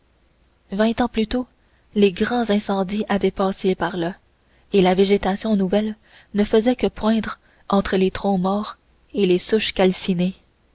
vingt ans plus tôt les grands incendies avaient passé par là et la végétation nouvelle ne faisait que poindre entre les troncs morts et les souches calcinées